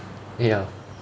ya